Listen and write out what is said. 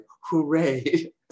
hooray